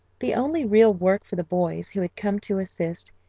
the only real work for the boys who had come to assist,